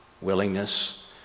willingness